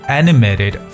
animated